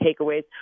takeaways